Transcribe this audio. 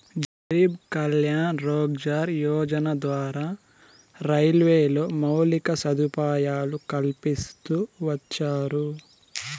గరీబ్ కళ్యాణ్ రోజ్గార్ యోజన ద్వారా రైల్వేలో మౌలిక సదుపాయాలు కల్పిస్తూ వచ్చారు